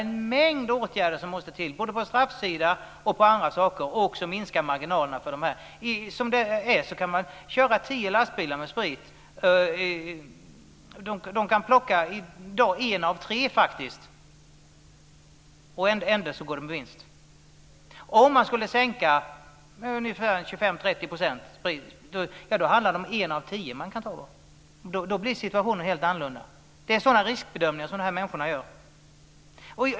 En mängd åtgärder måste vidtas både på straffsidan och i fråga om annat, och även marginalerna måste minska. Som det nu är kan man köra tio lastbilar med sprit, och de kan plocka en av tre, och ändå går det med vinst. Om priserna på sprit skulle sänkas med 25-30 % kan de ta en av tio, och då blir situationen helt annorlunda. Det är sådana riskbedömningar som dessa människor gör.